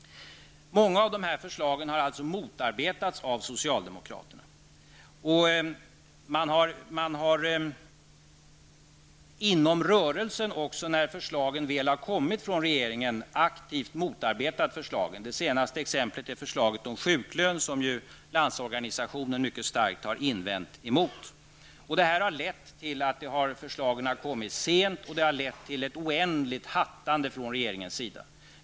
Många av dessa förslag har alltså motarbetats av socialdemokraterna. Man har också inom rörelsen, när förslagen väl har kommit från regeringen, aktivt motarbetat förslagen. Det senaste exemplet är förslaget om sjuklön, som ju Landsorganisationen mycket starkt har invänt emot. Detta har lett till att förslagen har kommit sent, och det har lett till ett oändligt hattande från regeringens sida.